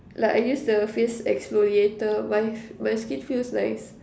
like I use the face exfoliater my my skin feels nice